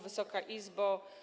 Wysoka Izbo!